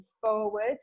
forward